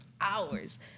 hours